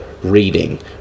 reading